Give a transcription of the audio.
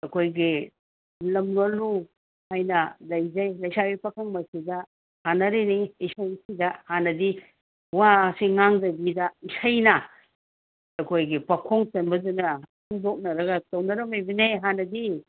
ꯑꯩꯈꯣꯏꯒꯤ ꯂꯝꯅꯣꯂꯨ ꯍꯥꯏꯅ ꯂꯩꯖꯩ ꯂꯩꯁꯥꯕꯤ ꯄꯥꯈꯪ ꯃꯁꯤꯗ ꯁꯥꯟꯅꯔꯤꯅꯤ ꯏꯁꯩꯁꯤꯗ ꯍꯥꯟꯅꯗꯤ ꯋꯥꯁꯤ ꯉꯥꯡꯗꯕꯤꯗ ꯏꯁꯩꯅ ꯑꯩꯈꯣꯏꯒꯤ ꯄꯥꯈꯣꯡ ꯆꯟꯕꯗꯨꯅ ꯐꯣꯡꯗꯣꯛꯅꯔꯒ ꯇꯧꯅꯔꯝꯃꯤꯕꯅꯦ ꯍꯥꯟꯅꯗꯤ